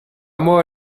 moi